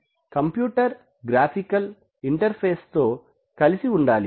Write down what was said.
computer graphical ఇంటర్ఫేస్తో కలిసి ఉండాలి